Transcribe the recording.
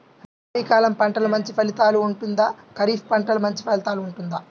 రబీ కాలం పంటలు మంచి ఫలితాలు ఉంటుందా? ఖరీఫ్ పంటలు మంచి ఫలితాలు ఉంటుందా?